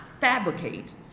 fabricate